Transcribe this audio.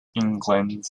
england